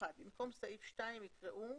במקום סעיף 2 יקראו: